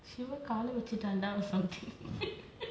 siva கால வெச்சிட்டான்டா:kaala vechitaandaa or something